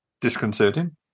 disconcerting